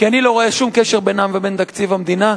כי אני לא רואה שום קשר בינם לבין תקציב המדינה.